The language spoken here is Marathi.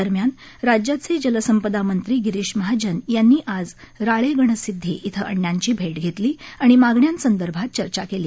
दरम्यान राज्याचे जलसंपदा मंत्री गिरीश महाजन यांनी आज राळेगणसिद्धी इथं अणांची भेट घेतली आणि मागण्यांसदर्भात चर्चा केली